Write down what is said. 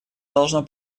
должно